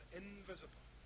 invisible